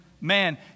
man